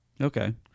okay